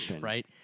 Right